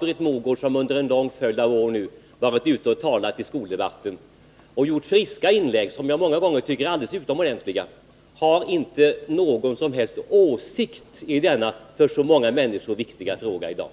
Britt Mogård har under en lång följd av år varit ute och talat i skoldebatten och gjort friska inlägg, som många gånger varit mycket intressanta, men hon har inte någon som helst åsikt i denna för så många människor i dag viktiga fråga.